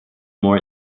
more